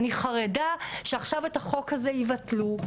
אני חרדה שעכשיו את החוק הזה יבטלו,